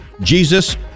Jesus